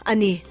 Ani